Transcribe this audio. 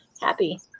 happy